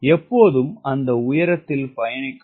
அது எப்போதும் அந்த உயரத்தில் பயணிக்கும்